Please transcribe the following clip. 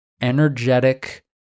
energetic